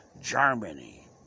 Germany